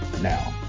now